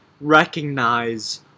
recognize